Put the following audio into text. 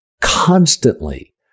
constantly